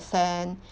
~cent